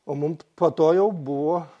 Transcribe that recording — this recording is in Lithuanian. o mum po to jau buvo